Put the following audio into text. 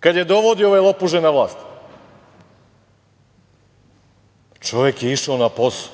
kad je dovodio ove lopuže na vlast. Čovek je išao na posao,